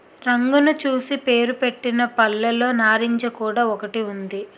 రంగును చూసి పేరుపెట్టిన పళ్ళులో నారింజ కూడా ఒకటి ఉంది